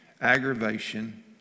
aggravation